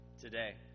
today